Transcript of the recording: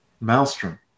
Maelstrom